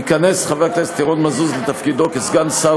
ייכנס חבר הכנסת ירון מזוז לתפקידו כסגן שר